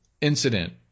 incident